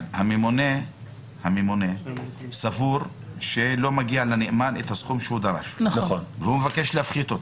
הממונה סבור שלא מגיע לנאמן הסכום שהוא דרש והוא מבקש להפחית אותו.